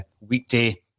weekday